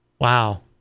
Wow